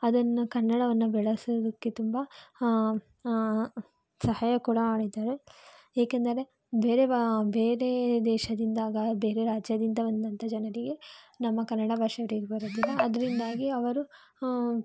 ಅದನ್ನು ಕನ್ನಡವನ್ನು ಬೆಳೆಸುವುದಕ್ಕೆ ತುಂಬ ಸಹಾಯ ಕೂಡ ಮಾಡಿದ್ದಾರೆ ಏಕೆಂದರೆ ಬೇರೆ ಭಾ ಬೇರೆ ದೇಶದಿಂದಾಗ ಬೇರೆ ರಾಜ್ಯದಿಂದ ಬಂದಂಥ ಜನರಿಗೆ ನಮ್ಮ ಕನ್ನಡ ಭಾಷೆ ಅವ್ರಿಗೆ ಬರೋದಿಲ್ಲ ಅದರಿಂದಾಗಿ ಅವರು